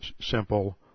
simple